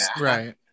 Right